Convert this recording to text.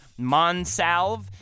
Monsalve